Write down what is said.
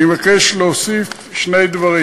אני מבקש להוסיף שני דברים.